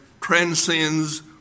transcends